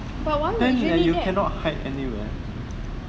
but why would you need that